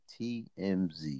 TMZ